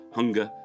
hunger